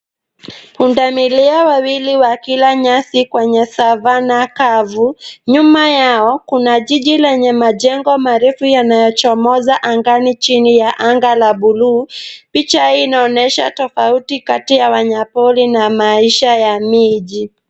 Punda milia wawili wakila nyasi kwenye savannah kavu. Nyuma yao kuna jiji lenye majengo marefu yanayochomozo angani chini ya anga la buluu. Picha hii inaonyesha tofauti kati ya wanyama pori na maisha ya miji.